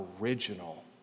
original